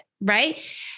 right